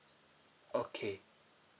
okay